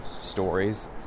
stories